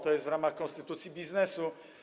To jest w ramach konstytucji biznesu.